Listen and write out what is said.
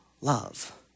love